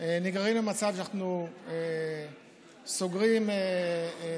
אנחנו נגררים למצב שאנחנו סוגרים פעילויות